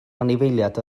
anifeiliaid